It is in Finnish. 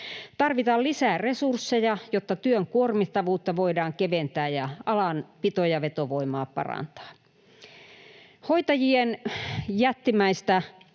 Tarvitaan lisää resursseja, jotta työn kuormittavuutta voidaan keventää ja alan pito- ja vetovoimaa parantaa. Hoitajien jättimäistä